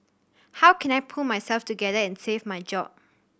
how can I pull myself together and save my job